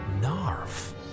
Narf